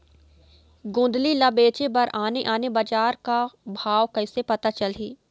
गोंदली ला बेचे बर आने आने बजार का भाव कइसे पता चलही?